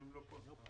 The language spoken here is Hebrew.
הם לא פה.